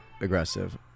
aggressive